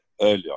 earlier